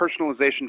personalization